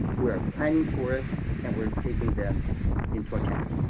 we are planning for it and we're taking them into account.